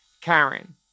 Karen